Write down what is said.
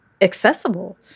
accessible